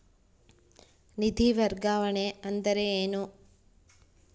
ನಿಧಿ ವರ್ಗಾವಣೆ ಅಂದರೆ ಏನು?